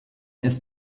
ist